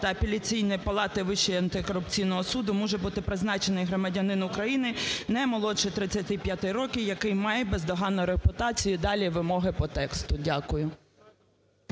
та Апеляційної палати Вищого антикорупційного суду може бути призначений громадянин України, не молодший тридцяти п'яти років, який має бездоганну репутацію…" - і далі вимоги по тексту. Дякую.